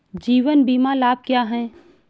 जीवन बीमा लाभ क्या हैं?